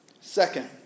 Second